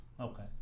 Okay